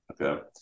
Okay